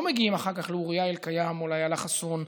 מגיעים אחר כך לאוריה אלקיים או לאילה חסון,